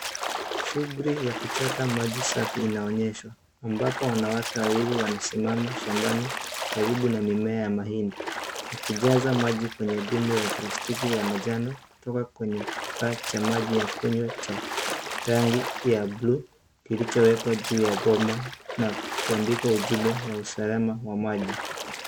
Shughuli ya kuchota maji safi inaonyeshwa, ambapo wanawake wawili wamesimama shambani karibu na mimea ya mahindi wakijaza maji kwenye mtungi ya plastiki ya manjano kutoka kwenye kifaa cha maji ya kunywa cha rangi ya bluu kilichowekwa juu ya boma na kuandika ujumbe wa usalama wa maji.